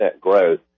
growth